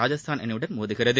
ராஜஸ்தான் அணியுடன் மோதுகிறது